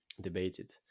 debated